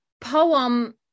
poem